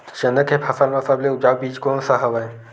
चना के फसल म सबले उपजाऊ बीज कोन स हवय?